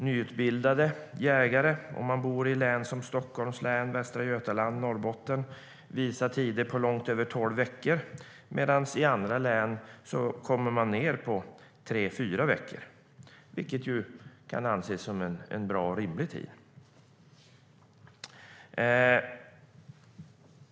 Nyutbildade jägare som bor i län som Stockholms län, Västra Götalands län och Norrbottens län får då tyvärr vänta långt över tolv veckor, medan tiden i andra län kommer ned till tre fyra veckor, vilket kan anses som en rimlig tid.